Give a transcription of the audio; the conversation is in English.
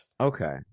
Okay